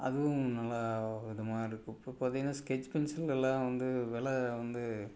அதுவும் நல்லா விதமாக இருக்கும் இப்போ பார்த்திங்கன்னா ஸ்கெட்ச் பென்சில்கள் எல்லாம் வந்து வில வந்து